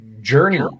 Journey